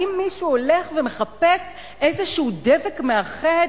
האם מישהו הולך ומחפש איזה דבק מאחד?